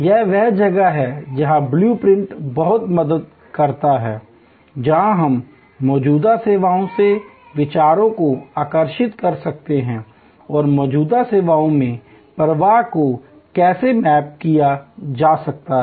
यह वह जगह है जहां ब्लू प्रिंट बहुत मदद करता है जहां हम मौजूदा सेवाओं से विचारों को आकर्षित कर सकते हैं और मौजूदा सेवाओं में प्रवाह को कैसे मैप किया जा सकता है